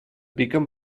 piquen